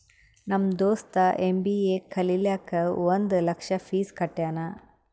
ನಮ್ ದೋಸ್ತ ಎಮ್.ಬಿ.ಎ ಕಲಿಲಾಕ್ ಒಂದ್ ಲಕ್ಷ ಫೀಸ್ ಕಟ್ಯಾನ್